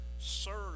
serve